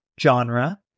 genre